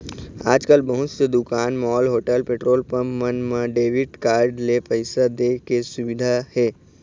आजकाल बहुत से दुकान, मॉल, होटल, पेट्रोल पंप मन म डेबिट कारड ले पइसा दे के सुबिधा हे